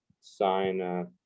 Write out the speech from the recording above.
sign